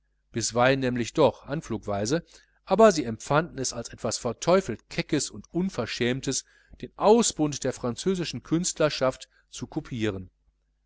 doch anflugweise aber sie empfanden es als etwas verteufelt keckes und unverschämtes den ausbund der französischen künstlerschaft zu kopieren